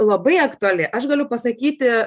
labai aktuali aš galiu pasakyti